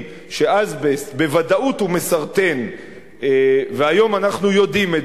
שאזבסט בוודאות מסרטן והיום אנחנו יודעים,